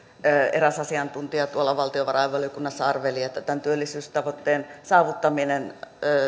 eräs asiantuntija tuolla valtiovarainvaliokunnassa arveli että tämän työllisyystavoitteen saavuttaminen